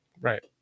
Right